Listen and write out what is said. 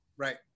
Right